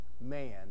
man